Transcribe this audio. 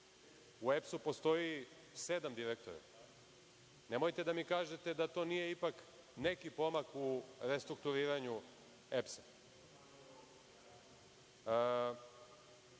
U EPS-u postoji sedam direktora. Nemojte da mi kažete da to nije ipak neki pomak u restrukturiranju EPS-a. Do